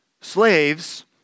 Slaves